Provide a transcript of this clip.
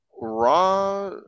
raw